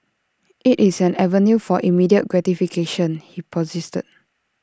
IT is an avenue for immediate gratification he posited